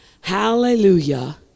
Hallelujah